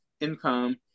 income